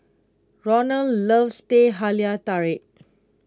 Roland loves Teh Halia Tarik